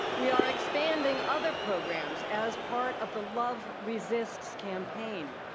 we are expanding other programs as part of the love resists campaign.